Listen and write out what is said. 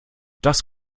das